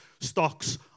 stocks